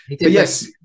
yes